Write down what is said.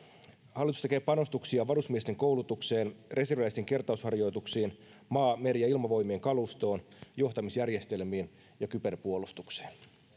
hallitus tekee panostuksia varusmiesten koulutukseen reserviläisten kertausharjoituksiin maa meri ja ilmavoimien kalustoon johtamisjärjestelmiin ja kyberpuolustukseen